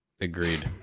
Agreed